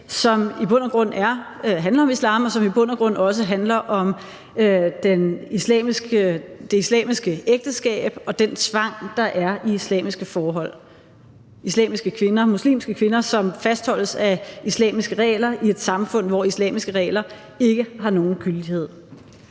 som i bund og grund handler om islam, og som i bund og grund også handler om det islamiske ægteskab og den tvang, der er i islamiske forhold; muslimske kvinder, som fastholdes af islamiske regler i et samfund, hvor islamiske regler ikke har nogen gyldighed.